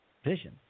Vision